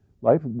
Life